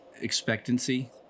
expectancy